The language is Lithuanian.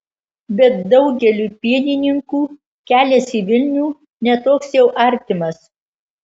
bet daugeliui pienininkų kelias į vilnių ne toks jau artimas